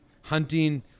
hunting